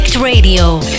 Radio